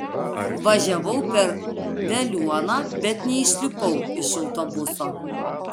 važiavau per veliuoną bet neišlipau iš autobuso